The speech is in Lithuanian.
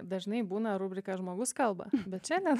dažnai būna rubrika žmogus kalba bet čia ne